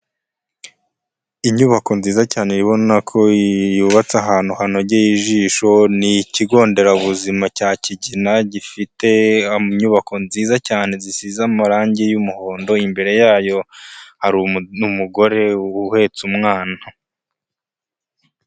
Inyubako nziza cyane ubona ko yubatse ahantu hanogeye ijisho, ni ikigo nderabuzima cya Kigina gifite inyubako nziza cyane zisize amarange y'umuhondo, imbere yayo hari n'umugore uhetse umwana.